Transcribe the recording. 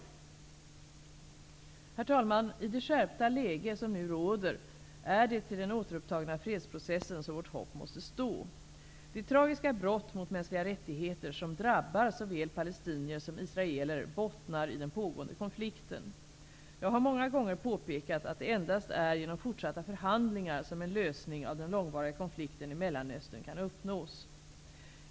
Herr talman! I det skärpta läge som nu råder är det till den återupptagna fredsprocessen som vårt hopp måste stå. De tragiska brott mot mänskliga rättigheter som drabbar såväl palestinier som israeler bottnar i den pågående konflikten. Jag har många gånger påpekat att det endast är genom fortsatta förhandlingar som en lösning av den långvariga konflikten i Mellanöstern kan uppnås.